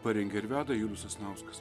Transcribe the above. parengė ir veda julius sasnauskas